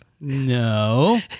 No